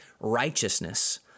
righteousness